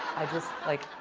i just like,